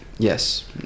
Yes